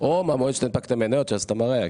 או מהמועד שהנפקת מניות שאז אתה מראה,